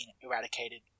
eradicated